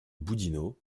boudinot